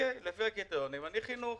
לפי הקריטריונים אני עונה על חינוך.